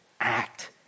act